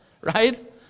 right